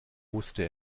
wusste